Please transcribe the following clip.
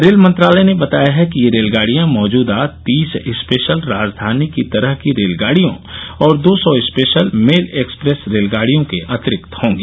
rail मंत्रालय ने बताया है कि ये रेलगाड़ियां मौजूदा तीस स्पेशल राजधानी की तरह की रेलगाड़ियों और दो सौ स्पेशल मेल एक्सप्रेस रेलगाड़ियों के अतिरिक्त होंगी